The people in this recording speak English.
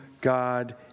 God